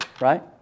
right